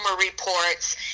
reports